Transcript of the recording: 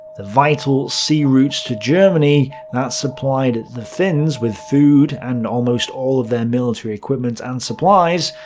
the vital sea routes to germany that supplied the finns with food and almost all of their military equipment and supplies,